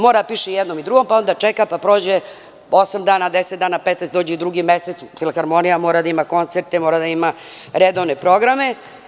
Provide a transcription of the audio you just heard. Mora da piše i jednom i drugom, pa onda čeka, pa prođe osam, 15 dana, dođe drugi mesec, Filharmonija mora da ima koncerte, mora da ima redovne programe.